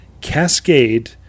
Cascade